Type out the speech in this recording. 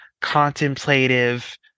contemplative